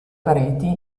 pareti